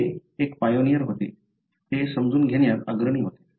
ते एक पायनियर होते ते समजून घेण्यात अग्रणी होते